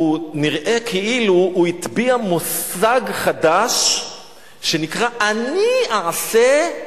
הוא נראה כאילו הוא הטביע מושג חדש שנקרא: אני אעשה,